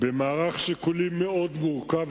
לפי מערך שיקולים מאוד מורכב,